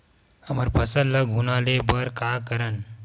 हमर फसल ल घुना ले बर का करन?